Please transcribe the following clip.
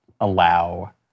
allow